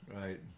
Right